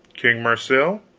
king marsil.